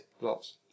Lots